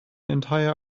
entire